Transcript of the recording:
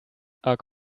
are